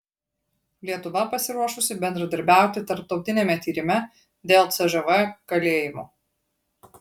lietuva pasiruošusi bendradarbiauti tarptautiniame tyrime dėl cžv kalėjimų